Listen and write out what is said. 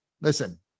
listen